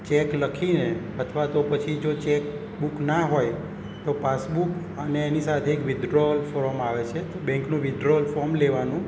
check લખીને અથવા તો પછી જો ચેક બુક ના હોય તો પાસબુક અને એની સાથે એક વિધડ્રોઅલ ફોરમ આવે છે તો બેન્કનું વિધડ્રોઅલ ફોમ લેવાનું